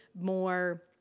more